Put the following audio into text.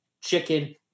chicken